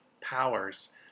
Powers